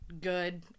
good